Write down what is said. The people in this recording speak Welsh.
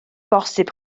bosib